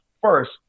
first